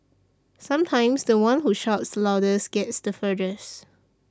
sometimes the one who shouts the loudest gets the furthest